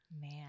man